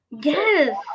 Yes